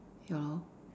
ya lor